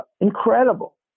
incredible